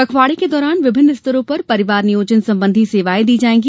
पखवाड़े के दौरान विभिन्न स्तरों पर परिवार नियोजन संबंधी सेवाएँ दी जायेंगी